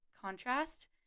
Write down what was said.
contrast